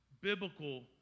biblical